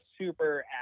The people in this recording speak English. super